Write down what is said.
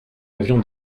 avion